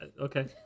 Okay